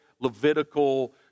Levitical